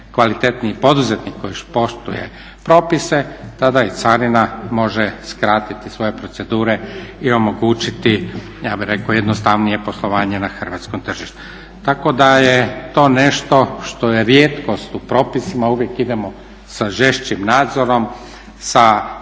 kvalitetniji poduzetnik koji poštuje propise, tada i carina može skratiti svoje procedure i omogućiti ja bih rekao jednostavnije poslovanje na hrvatskom tržištu. Tako da je to nešto što je rijetkost u propisima, uvijek idemo sa žešćim nadzorom, sa